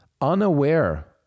unaware